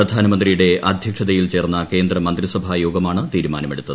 പ്രധാനമന്ത്രിയുടെ അധ്യക്ഷതയിൽ ചേർന്ന കേന്ദ്ര മന്ത്രിസഭാ യോഗമാണ് തീരുമാനമെടുത്ത്